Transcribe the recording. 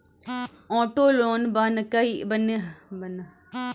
auto loan बन्हकी पर सेहो भेटैत छै